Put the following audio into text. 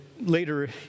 later